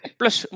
plus